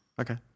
Okay